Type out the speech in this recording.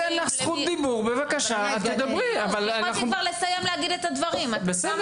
יפעת חשוב להגיד יש קריטריונים ברורים.